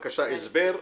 בבקשה, הסבר.